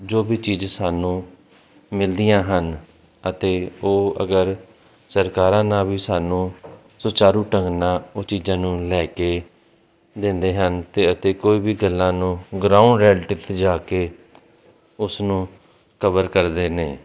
ਜੋ ਵੀ ਚੀਜ਼ ਸਾਨੂੰ ਮਿਲਦੀਆਂ ਹਨ ਅਤੇ ਉਹ ਅਗਰ ਸਰਕਾਰਾਂ ਨਾਲ ਵੀ ਸਾਨੂੰ ਸੁਚਾਰੂ ਢੰਗ ਨਾਲ ਉਹ ਚੀਜ਼ਾਂ ਨੂੰ ਲੈ ਕੇ ਦਿੰਦੇ ਹਨ ਅਤੇ ਅਤੇ ਕੋਈ ਵੀ ਗੱਲਾਂ ਨੂੰ ਗਰਾਊਂਡ ਰੈਡਿਟ 'ਤੇ ਜਾ ਕੇ ਉਸ ਨੂੰ ਕਵਰ ਕਰਦੇ ਨੇ